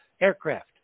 aircraft